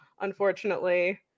unfortunately